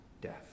death